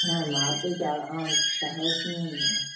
మార్పులు చాలా చాలా వచ్చాయండి